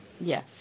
Yes